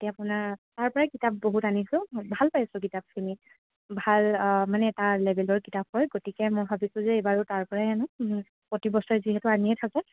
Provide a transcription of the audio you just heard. এতিয়া আপোনাৰ তাৰ পৰাই কিতাপ বহুত আনিছোঁ ভাল পাইছোঁ কিতাপখিনি ভাল মানে এটা লেভেলৰ কিতাপ হয় গতিকে মই ভাবিছোঁ যে এইবাৰু তাৰ পৰাই আনোঁ প্ৰতিবছৰে যিহেতু আনিয়ে থাকোঁ